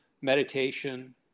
Meditation